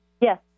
Yes